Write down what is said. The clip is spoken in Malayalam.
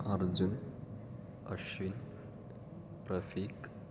അർജുൻ അശ്വിൻ പ്രഫീക്ക്